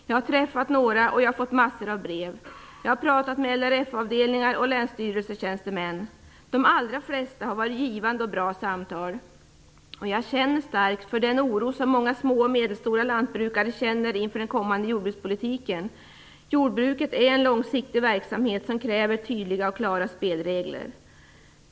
Jag har träffat några och jag har fått mängder av brev. Jag har talat med LRF-avdelningar och länsstyrelsetjänstemän. De allra flesta samtal har varit givande och bra. Jag känner starkt för den oro som många små och medelstora lantbrukare hyser inför den kommande jordbrukspolitiken - jordbruket är en långsiktig verksamhet, som kräver tydliga och klara spelregler.